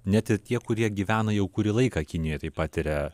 net ir tie kurie gyvena jau kurį laiką kinijoj tai patiria